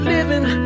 Living